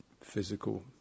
physical